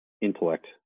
intellect